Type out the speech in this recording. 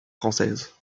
française